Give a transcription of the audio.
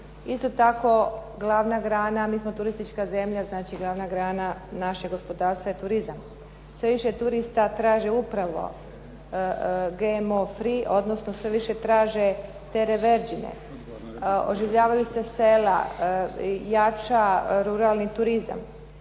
Isto tako, glavna grana, mi smo turistička zemlja, znači glavna grana našeg gospodarstva je turizam. Sve više turista traži upravo GMO free, odnosno sve više traže …/Govornica se ne razumije./…, oživljavaju se sela i jača ruralni turizam.